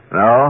no